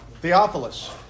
Theophilus